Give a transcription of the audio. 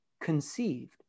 conceived